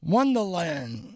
Wonderland